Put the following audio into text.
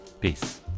Peace